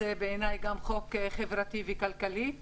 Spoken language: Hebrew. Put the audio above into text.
זה גם חוק כלכלי וחברתי.